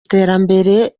iterambere